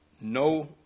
no